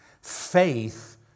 Faith